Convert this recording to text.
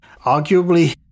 Arguably